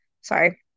sorry